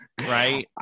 right